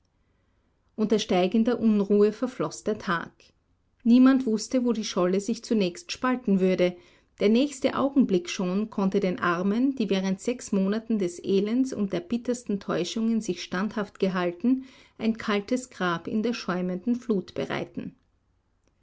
unter steigender unruhe verfloß der tag niemand wußte wo die scholle sich zunächst spalten würde der nächste augenblick schon konnte den armen die während sechs monaten des elends und der bittersten täuschungen sich standhaft gehalten ein kaltes grab in der schäumenden flut bereiten